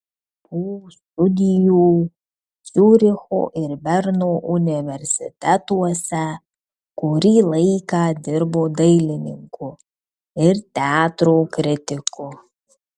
po studijų ciuricho ir berno universitetuose kurį laiką dirbo dailininku ir teatro kritiku